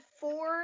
four